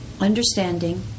understanding